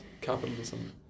capitalism